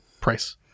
price